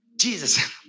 Jesus